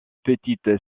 petite